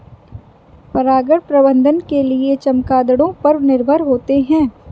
परागण प्रबंधन के लिए चमगादड़ों पर निर्भर होते है